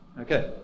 Okay